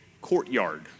courtyard